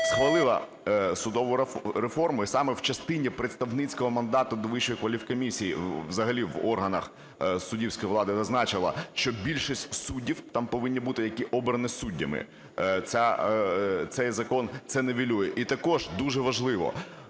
схвалила судову реформу і саме в частині представницького мандату до Вищої кваліфікомісії, взагалі в органах суддівської влади, зазначила, що більшість суддів там повинні бути, які обрані суддями. Цей закон це нівелює. І також дуже важливо,